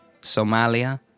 Somalia